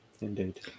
indeed